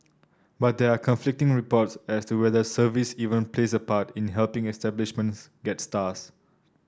but there are conflicting reports as to whether service even plays a part in helping establishments get stars